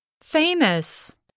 Famous